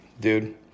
dude